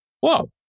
whoa